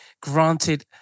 granted